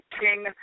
king